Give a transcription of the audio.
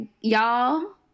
y'all